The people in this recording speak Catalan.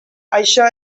això